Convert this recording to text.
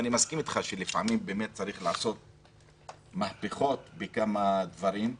אני מסכים איתך שלפעמים צריך לעשות מהפכות בכמה דברים,